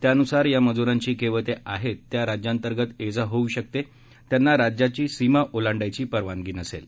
त्यान्सार या मज्रांची केवळ ते आहेत त्या राज्यांतर्गतच ये जा होऊ शकते त्यांना राज्यांची सीमा ओलांडायची परवानगी नसेल